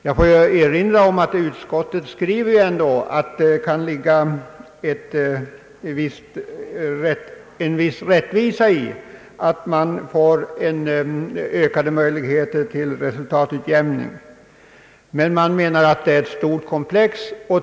Jag vill erinra om att utskottet skriver att det kan ligga en viss rättvisa i att man får ökade möjligheter till resultatutjämning, men man menar att det är ett stort komplex.